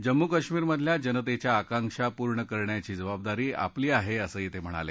जम्मू कश्मीरमधल्या जनतेच्या आकांक्षा पूर्ण करण्याची जबाबदारी आपली आहे असं ते म्हणाले